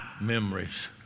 memories